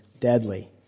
deadly